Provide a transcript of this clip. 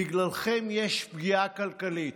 בגללכם יש פגיעה כלכלית.